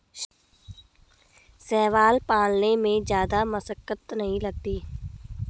शैवाल पालन में जादा मशक्कत नहीं लगती